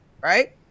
right